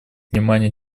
внимание